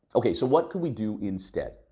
okay. so what could we do instead?